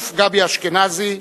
רב-אלוף גבי אשכנזי,